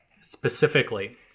specifically